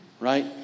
right